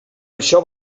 això